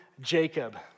Jacob